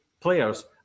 players